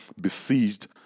besieged